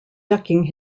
ducking